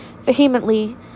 vehemently